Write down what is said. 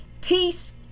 peace